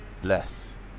bless